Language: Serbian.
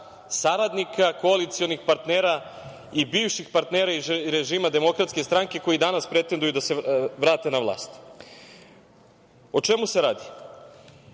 saradnika, koalicionih partnera i bivših partnera iz režima DS koji danas pretenduju da se vrate na vlast.O čemu se radi?